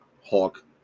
Hawk